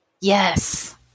Yes